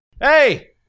Hey